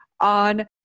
on